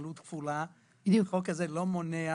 המוגבלות הכפולה, החוק הזה לא מונע